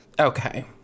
okay